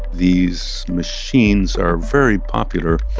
these machines are very popular.